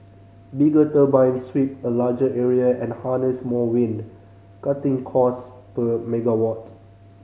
bigger turbines sweep a larger area and harness more wind cutting cost per megawatt